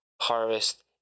harvest